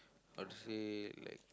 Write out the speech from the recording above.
how to say like